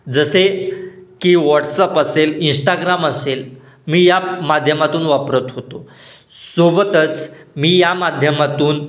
जसे की वॉट्सअप असेल इंस्टाग्राम असेल मी या माध्यमातून वापरत होतो सोबतच मी या माध्यमातून